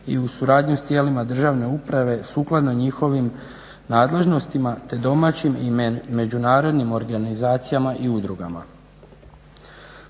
i u suradnji s tijelima državne uprave sukladno njihovim nadležnostima te domaćim i međunarodnim organizacijama i udrugama.